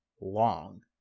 long